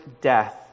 death